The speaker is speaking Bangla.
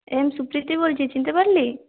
এই আমি সুপ্রীতি বলছি চিনতে পারলি